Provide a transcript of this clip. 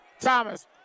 Thomas